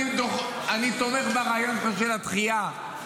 אני תומך ברעיון של הדחייה,